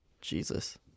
Jesus